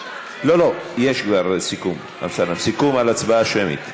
יש כבר סיכום, הסיכום, הצבעה שמית.